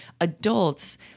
adults